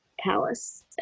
Palace